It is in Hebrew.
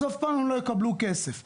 אז הם אף לא יקבלו כסף.